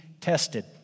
tested